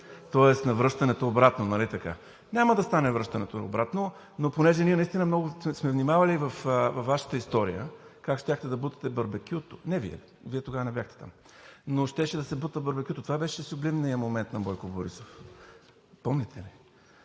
тоест на връщането обратно, нали така? Няма да стане връщането обратно, но понеже ние наистина много сме внимателни във Вашата история как щяхте да бутате барбекюто – не Вие, Вие тогава не бяхте там, но щеше да се бута барбекюто. Това беше сюблимният момент на Бойко Борисов, помните ли?